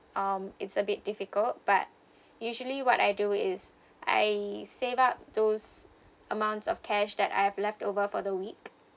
um it's a bit difficult but usually what I do is I save up those amounts of cash that I have left over for the week